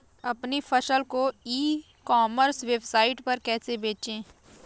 अपनी फसल को ई कॉमर्स वेबसाइट पर कैसे बेचें?